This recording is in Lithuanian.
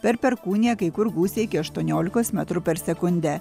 per perkūniją kai kur gūsiai iki aštuoniolikos metrų per sekundę